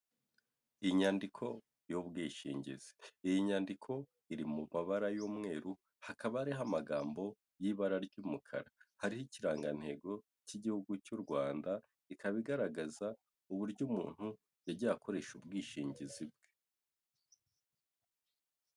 Inyandiko y'ubwishingizi. Iyi nyandiko iri mu mabara y'umweru hakaba hariho amagambo y'ibara ry'umukara, hariho ikirangantego cy'igihugu cy'u Rwanda ikaba igaragaza uburyo umuntu yagiye akoresha ubwishingizi bwe.